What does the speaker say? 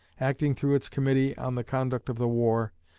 acting through its committee on the conduct of the war,